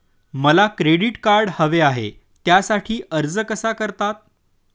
मला credit card हवे आहे त्यासाठी अर्ज कसा करतात?